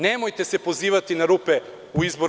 Nemojte se pozivati na rupe u izboru.